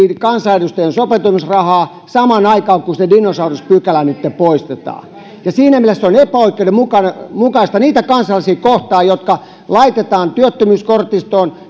kansanedustajien sopeutumisrahaa samaan aikaan kun se dinosauruspykälä nytten poistetaan siinä mielessä se on epäoikeudenmukaista niitä kansalaisia kohtaan jotka laitetaan työttömyyskortistoon